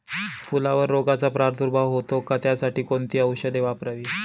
फुलावर रोगचा प्रादुर्भाव होतो का? त्यासाठी कोणती औषधे वापरावी?